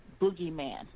boogeyman